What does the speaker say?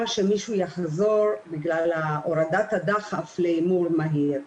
שמישהו יחזור בגלל הורדת הדחף להימור מהיר.